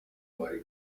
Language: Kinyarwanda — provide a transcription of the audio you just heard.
bari